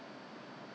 I know